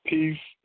Peace